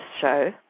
show